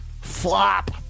Flop